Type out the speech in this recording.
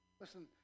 Listen